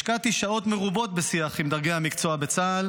השקעתי שעות מרובות בשיח עם דרגי המקצוע בצה"ל,